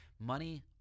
Money